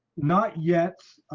not yet.